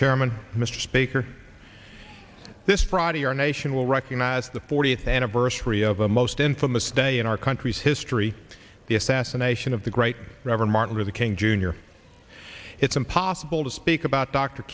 chairman mr speaker this friday our nation will recognize the fortieth anniversary of the most infamous day in our country's history the assassination of the great reverend martin luther king junior it's impossible to speak about d